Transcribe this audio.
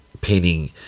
painting